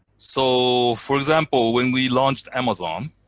so for example, when we launched amazon,